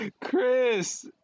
Chris